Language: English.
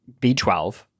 B12